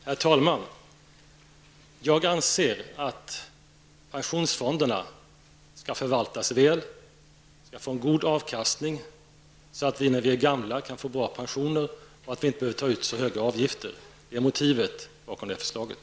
Herr talman! Jag anser att pensionsfonderna skall förvaltas väl. De skall få en god avkastning så att vi, när vi är gamla, kan få bra pensioner, och så att vi inte behöver ta ut så höga avgifter. Det är motivet bakom förslaget.